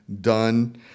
done